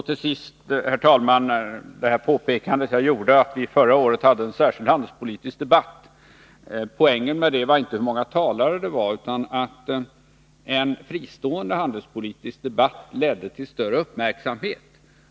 Till sist, herr talman, vill jag ta upp mitt påpekande om att vi förra året hade en särskild handelspolitisk debatt. Poängen var inte hur många talare som deltog i den debatten utan att en fristående handelspolitisk debatt ledde till större uppmärksamhet.